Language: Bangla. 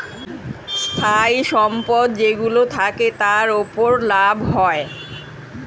স্থায়ী সম্পদ যেইগুলো থাকে, তার উপর লাভ হয়